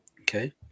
Okay